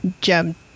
jump